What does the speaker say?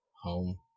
home